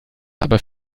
aber